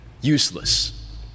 Useless